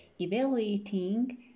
evaluating